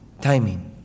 Timing